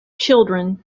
children